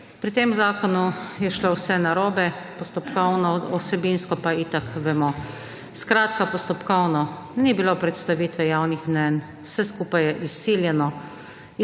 pri tem zakonu je šlo vse narobe postopkovno, vsebinsko pa itak vemo. Skratka postopkovno. Ni bilo predstavitve javnih mnenj, vse skupaj je izsiljeno.